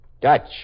Dutch